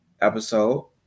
episode